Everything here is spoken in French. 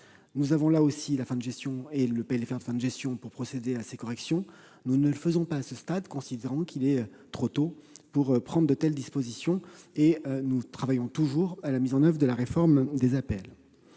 en considération le retard. Le PLFR de fin de gestion nous permettra de procéder à ces corrections. Nous ne le faisons pas à ce stade, considérant qu'il est trop tôt pour prendre de telles dispositions, mais nous travaillons toujours à la mise en oeuvre de la réforme des APL.